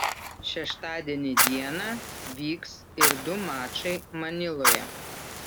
šeštadienį dieną vyks ir du mačai maniloje